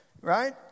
right